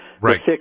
Right